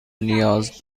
نیاز